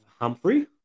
Humphrey